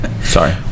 Sorry